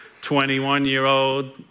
21-year-old